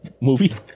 movie